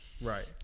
right